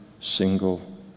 single